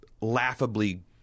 laughably